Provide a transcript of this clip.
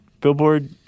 Billboard